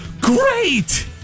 Great